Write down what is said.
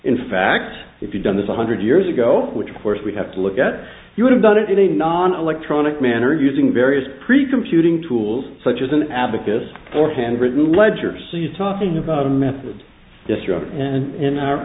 in fact if you'd done this a hundred years ago which of course we have to look at you would have done it in a non electronic manner using various precomputing tools such as an abacus or handwritten ledgers so you're talking about a method distraught and